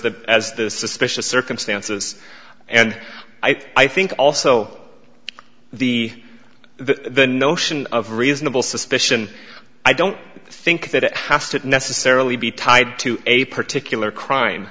that as the suspicious circumstances and i think also the the the notion of reasonable suspicion i don't think that it has to necessarily be tied to a particular crime